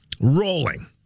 rolling